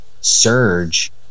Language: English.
surge